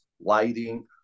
lighting